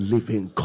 Living